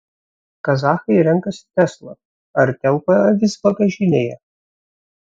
kazachai renkasi tesla ar telpa avis bagažinėje